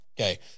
Okay